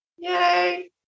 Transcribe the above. Yay